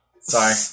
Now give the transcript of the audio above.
Sorry